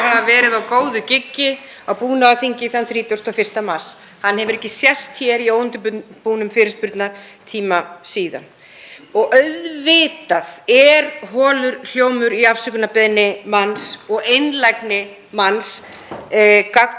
að hafa verið á góðu giggi á búnaðarþingi þann 31. mars. Hann hefur ekki sést hér í óundirbúnum fyrirspurnatíma síðan. Auðvitað er holur hljómur í afsökunarbeiðni manns og einlægni manns gagnvart